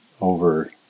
over